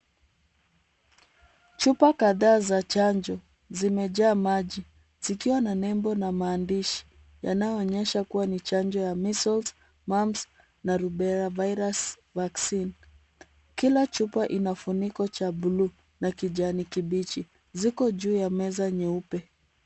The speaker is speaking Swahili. Chupa kadhaa za chanjo. Zimejaa maji zikiwa na nembo na maandishi yanayoonyesha kuwa ni chanjo ya measles, mumps na rubella virus vaccine . Kila chupa ina kifuniko cha buluu na kijani kibichi. Ziko juu ya meza nyeupe.